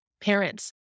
parents